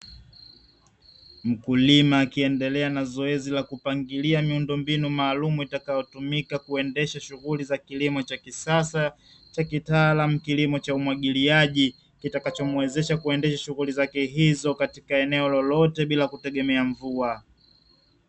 Mkulima akiendelea na zoezi la kupangilia miundombinu maalumu itakayotumika kuendesha kilimo cha kisasa cha kitaalamu, kilimo cha umwagiliaji kitakachomuwezesha kuendesha shughuli zake hizo bila kutegemea mvua.